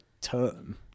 term